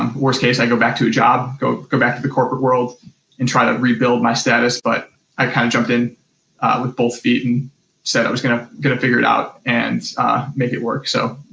um worse case, i go back to a job, go go back to the corporate world and try to rebuild my status, but i kind of jumped in with both feet and said i was gonna gonna figure it out and make it work. so,